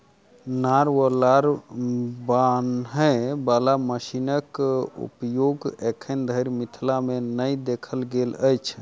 नार वा लार बान्हय बाला मशीनक उपयोग एखन धरि मिथिला मे नै देखल गेल अछि